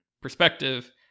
perspective